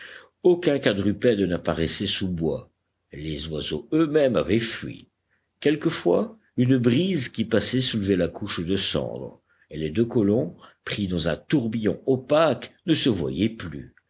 aucun quadrupède n'apparaissait sous bois les oiseaux eux-mêmes avaient fui quelquefois une brise qui passait soulevait la couche de cendre et les deux colons pris dans un tourbillon opaque ne se voyaient plus